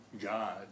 God